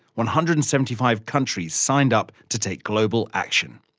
one hundred and seventy five countries signed up to take global action.